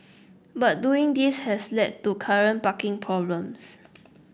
but doing this has led to current parking problems